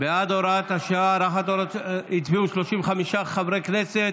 הארכת הוראת השעה הצביעו 35 חברי כנסת,